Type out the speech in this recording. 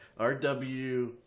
RW